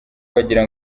wagira